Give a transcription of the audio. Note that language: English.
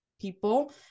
people